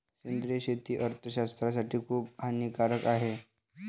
सेंद्रिय शेती अर्थशास्त्रज्ञासाठी खूप हानिकारक आहे